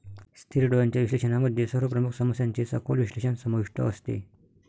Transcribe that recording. स्थिर डोळ्यांच्या विश्लेषणामध्ये सर्व प्रमुख समस्यांचे सखोल विश्लेषण समाविष्ट असते